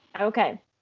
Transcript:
Okay